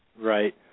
right